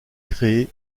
créé